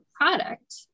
product